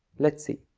let's see.